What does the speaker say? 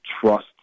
trust